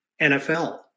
NFL